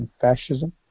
fascism